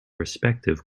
respective